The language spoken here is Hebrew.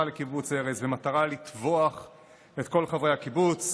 לקיבוץ ארז במטרה לטבוח את כל חברי הקיבוץ.